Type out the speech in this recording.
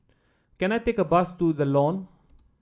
can I take a bus to The Lawn